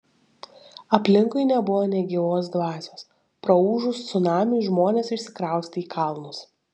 aplinkui nebuvo nė gyvos dvasios praūžus cunamiui žmonės išsikraustė į kalnus